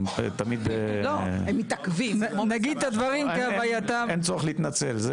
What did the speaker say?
אין צורך להתנצל.